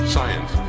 Science